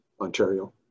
Ontario